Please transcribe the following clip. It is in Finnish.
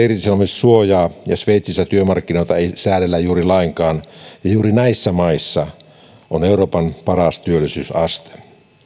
irtisanomissuojaa sveitsissä työmarkkinoita ei säädellä juuri lainkaan ja juuri näissä maissa on euroopan paras työllisyysaste